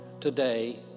today